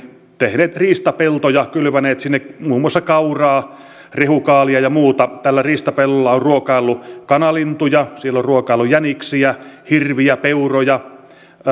tehneet riistapeltoja kylväneet sinne muun muassa kauraa rehukaalia ja muuta tällä riistapellolla on ruokaillut kanalintuja siellä on ruokaillut jäniksiä hirviä peuroja ja